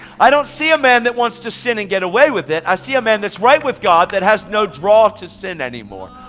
i don't see a man that wants to sin and get away with it. i see a man that's right with god that has no draw to sin anymore.